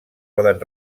poden